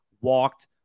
walked